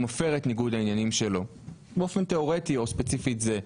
מפר את ניגוד העניינים שלו באופן תיאורטי או ספציפית זה,